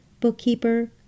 bookkeeper